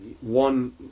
one